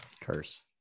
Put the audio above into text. Curse